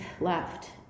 left